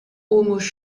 almost